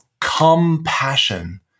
compassion